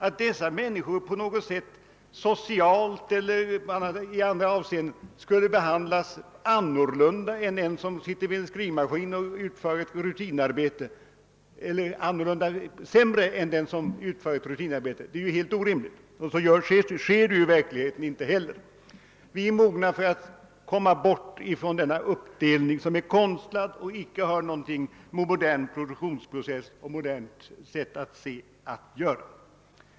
Att dessa människor skulle behandlas sämre socialt eller i andra avseenden än den som utför rutinarbete t.ex. vid en skrivmaskin är orimligt, och så sker inte heller i verkligheten. Vi är mogna för att komma bort från denna uppdelning, som är konstlad och icke har någonting att göra med modern produktionsprocess och modernt synsätt.